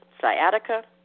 sciatica